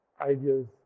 ideas